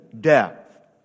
death